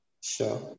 Sure